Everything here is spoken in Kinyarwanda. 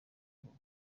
vuba